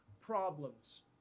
problems